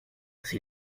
s’il